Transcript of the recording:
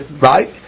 right